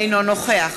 אינו נוכח